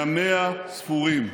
ימיה ספורים.